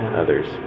others